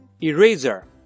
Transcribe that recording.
ERASER